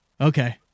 Okay